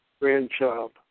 grandchild